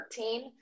13